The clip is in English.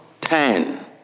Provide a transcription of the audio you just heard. ten